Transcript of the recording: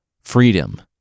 Freedom